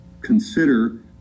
consider